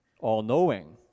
all-knowing